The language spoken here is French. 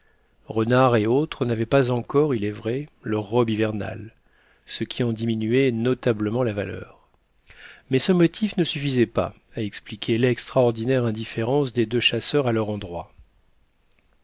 renards et autres n'avaient pas encore il est vrai leur robe hivernale ce qui en diminuait notablement la valeur mais ce motif ne suffisait pas à expliquer l'extraordinaire indifférence des deux chasseurs à leur endroit